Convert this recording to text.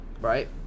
right